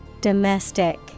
Domestic